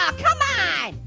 um come on!